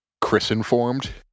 Chris-informed